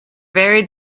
very